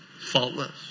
Faultless